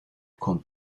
kommt